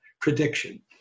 prediction